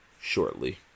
shortly